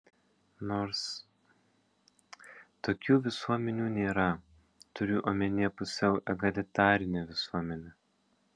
nors tokių visuomenių nėra turiu omenyje pusiau egalitarinę visuomenę